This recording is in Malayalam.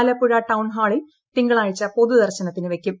ആലപ്പുഴ ടൌൺ ഹാളിൽ തിങ്കളാഴ്ച പൊതുദർശനത്തിന്റെ വയ്ക്കും